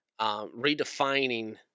redefining